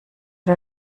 der